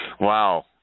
Wow